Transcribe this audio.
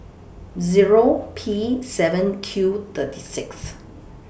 Zero P seven Q thirty six